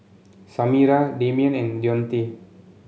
Samira Damien and Deontae